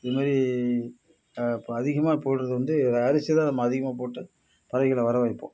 இது மாரி இப்போது அதிகமாக போடுறது வந்து அரிசி தான் நம்ம அதிகமாக போட்டு பறவைகளை வர வைப்போம்